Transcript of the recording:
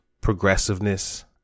progressiveness